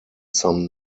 some